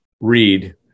read